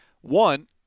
one